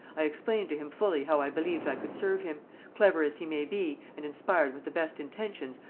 i explained to him fully how i believed i could serve him clever as he may be, and inspired with the best intentions,